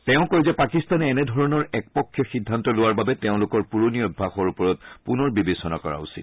তেওঁ কয় যে পাকিস্তানে এনে ধৰণৰ একপক্ষীয় সিদ্ধান্ত লোৱাৰ বাবে তেওঁলোকৰ পুৰণি অভ্যাসৰ ওপৰত পুনৰ বিবেচনা কৰা উচিত